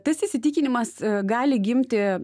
tas įsitikinimas gali gimti